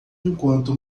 enquanto